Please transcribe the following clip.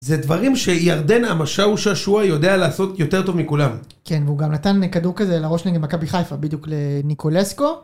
זה דברים שירדן המשאושה שואה יודע לעשות יותר טוב מכולם. כן, והוא גם נתן כדור כזה לראש נגד בקבי חיפה, בדיוק לניקולסקו.